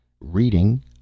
Reading